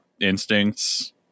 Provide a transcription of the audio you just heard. instincts